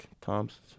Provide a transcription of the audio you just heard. Thompson